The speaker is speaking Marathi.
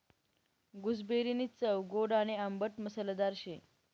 गूसबेरीनी चव गोड आणि आंबट मसालेदार शे